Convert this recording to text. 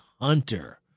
Hunter